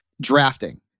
drafting